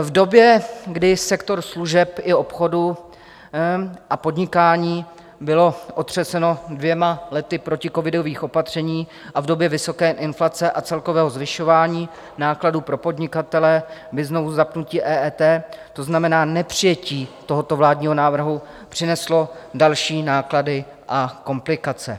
V době, kdy sektor služeb i obchodu a podnikání byl otřesen dvěma lety proticovidových opatření, a v době vysoké inflace a celkového zvyšování nákladů pro podnikatele by znovuzapnutí EET, to znamená nepřijetí tohoto vládního návrhu, přineslo další náklady a komplikace.